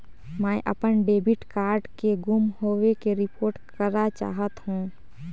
मैं अपन debit card के गुम होवे के रिपोर्ट करा चाहत हों